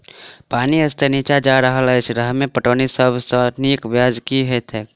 पानि स्तर नीचा जा रहल अछि, एहिमे पटौनीक सब सऽ नीक ब्योंत केँ होइत?